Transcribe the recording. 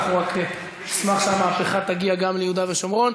אנחנו רק נשמח שהמהפכה תגיע גם ליהודה ושומרון.